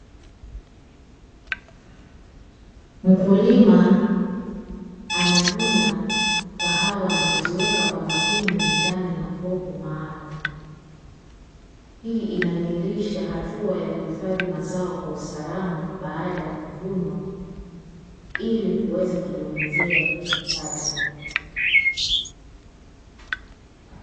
Mkulima amevuna kahawa na kuziweka kwa makini ndani ya kopo maalumu. Hii inadhihirisha hatua ya kuhifadhi mazao kwa usalama baada ya kuvunwa, ili kuweza kujiongezea kipato.